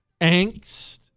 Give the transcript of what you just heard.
angst